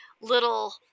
little